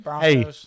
Hey